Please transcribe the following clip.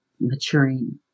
maturing